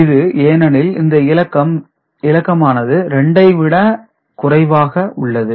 இது ஏனெனில் இந்த இலக்கம் ஆனது 2 ஐ விட குறைவாக உள்ளது